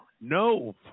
no